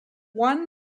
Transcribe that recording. one